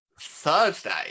Thursday